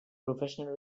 professional